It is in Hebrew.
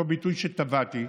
אותו ביטוי שטבעתי,